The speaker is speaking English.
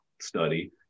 study